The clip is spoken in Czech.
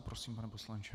Prosím, pane poslanče.